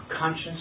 conscience